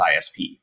ISP